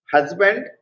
Husband